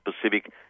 Pacific